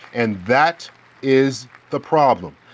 and that is the problem.